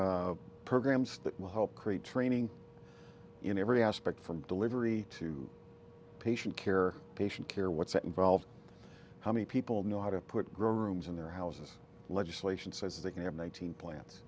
programs that will help create training in every aspect from delivery to patient care patient care what's that involved how many people know how to put grow rooms in their houses legislation says they can have one thousand plant